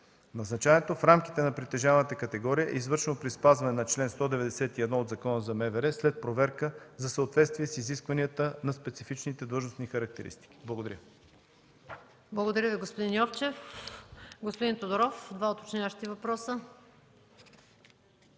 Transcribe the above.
Назначаването, в рамките на притежаваната категория, е извършено при спазване на чл. 191 от Закона за МВР след проверка за съответствие с изискванията на специфичните длъжностни характеристики. Благодаря. ПРЕДСЕДАТЕЛ МАЯ МАНОЛОВА: Благодаря Ви, господин Йовчев. Господин Тодоров, заповядайте за два уточняващи въпроса.